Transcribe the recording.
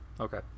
okay